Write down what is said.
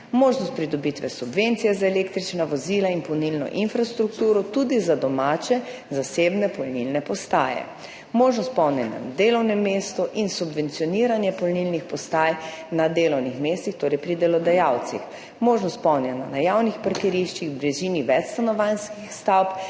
možnost pridobitve subvencije za električna vozila in polnilno infrastrukturo tudi za domače zasebne polnilne postaje. Možnost polnjenja na delovnem mestu in subvencioniranje polnilnih postaj na delovnih mestih, torej pri delodajalcih. Možnost polnjenja na javnih parkiriščih v bližini večstanovanjskih stavb,